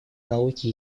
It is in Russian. науки